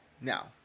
Now